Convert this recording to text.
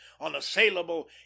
unassailable